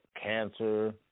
cancer